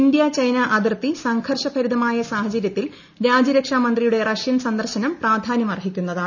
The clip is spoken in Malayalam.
ഇന്ത്യ ചൈന അതിർത്തി സംഘർഷഭരിതമായ സാഹചര്യത്തിൽ രാജ്യരക്ഷാ മന്ത്രിയുടെ റഷ്യൻ സന്ദർശനം പ്രാധാന്യം അർഹിക്കുന്നതാണ്